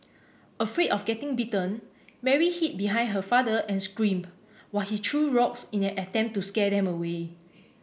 afraid of getting bitten Mary hid behind her father and screamed while he threw rocks in an attempt to scare them away